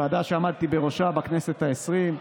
ועדה שעמדתי בראשה בכנסת העשרים,